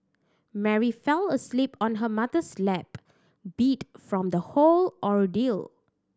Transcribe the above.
Mary fell asleep on her mother's lap beat from the whole ordeal